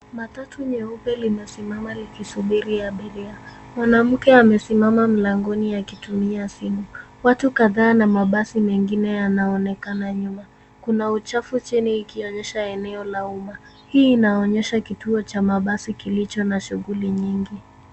Matatu nyeupe limesimama likisubiri abiria. Mwanamke amesimama mlangoni akitumia simu, watu kadhaa na mabasi mengine yanaonekana nyuma. Kuna uchafu chini ikionyesha eneo la umma. Hii inaonyesha kituo cha mabasi kilicho na shughuli nyingi.